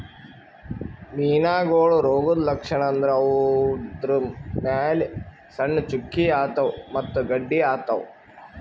ಮೀನಾಗೋಳ್ ರೋಗದ್ ಲಕ್ಷಣ್ ಅಂದ್ರ ಅವುದ್ರ್ ಮ್ಯಾಲ್ ಸಣ್ಣ್ ಚುಕ್ಕಿ ಆತವ್ ಮತ್ತ್ ಗಡ್ಡಿ ಆತವ್